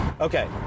Okay